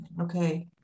Okay